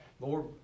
Lord